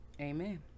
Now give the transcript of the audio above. Amen